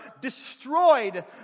destroyed